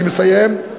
אני מסיים,